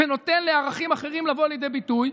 ונותן לערכים אחרים לבוא לידי ביטוי.